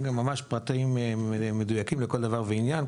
יש ממש פרטים מדויקים לכל דבר ועניין.